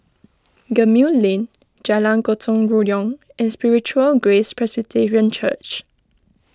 Gemmill Lane Jalan Gotong Royong and Spiritual Grace Presbyterian Church